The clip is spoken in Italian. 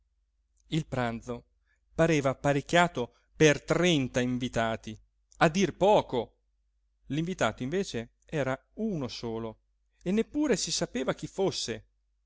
il pranzo pareva apparecchiato per trenta invitati a dir poco l'invitato invece era uno solo e neppure si sapeva chi fosse